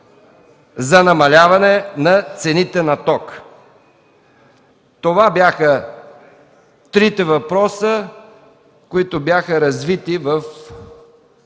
за намаляване на цените на тока. Това бяха трите въпроса, развити в